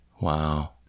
Wow